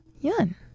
Yun